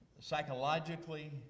psychologically